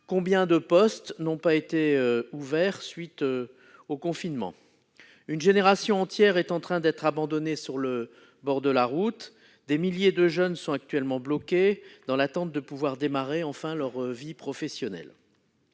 Combien de postes n'ont-ils pas été ouverts à la suite du confinement ? Une génération entière est en train d'être abandonnée au bord de la route ! De fait, des milliers de jeunes sont bloqués, dans l'attente de démarrer enfin leur vie professionnelle.